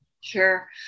sure